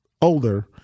older